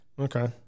Okay